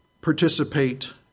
participate